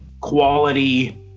quality